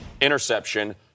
interception